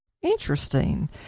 interesting